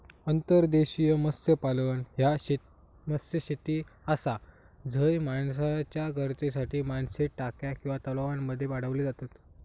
अंतर्देशीय मत्स्यपालन ह्या मत्स्यशेती आसा झय माणसाच्या गरजेसाठी मासे टाक्या किंवा तलावांमध्ये वाढवले जातत